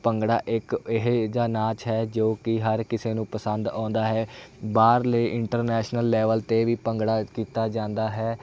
ਭੰਗੜਾ ਇਕ ਇਹ ਜਿਹਾ ਨਾਚ ਹੈ ਜੋ ਕਿ ਹਰ ਕਿਸੇ ਨੂੰ ਪਸੰਦ ਆਉਂਦਾ ਹੈ ਬਾਹਰਲੇ ਇੰਟਰਨੈਸ਼ਨਲ ਲੈਵਲ 'ਤੇ ਵੀ ਭੰਗੜਾ ਕੀਤਾ ਜਾਂਦਾ ਹੈ